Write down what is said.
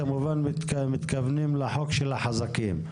כמובן מתכוונים לחוק של החזקים.